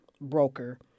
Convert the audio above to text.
broker